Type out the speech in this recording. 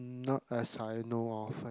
not as I know of